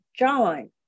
jawline